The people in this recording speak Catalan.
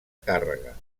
càrrega